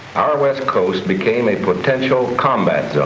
our west coast became a potential combat zone.